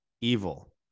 evil